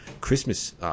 Christmas –